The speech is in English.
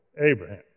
Abraham